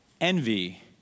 Envy